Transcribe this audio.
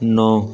ਨੌਂ